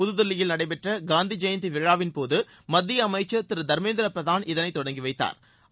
புதுதில்லியில் நடைபெற்ற காந்தி ஜெயந்தி விழாவின்போது மத்திய அமைச்சர் திரு தர்மேந்திர பிரதான் இதனை தொடங்கி வைத்தாா்